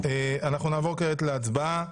אנחנו נעבור כעת להצבעה.